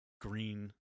green